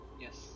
Yes